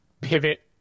pivot